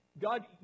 God